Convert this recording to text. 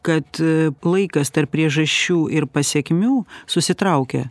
kad laikas tarp priežasčių ir pasekmių susitraukia